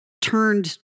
turned